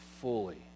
fully